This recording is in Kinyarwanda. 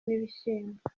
n’ibishyimbo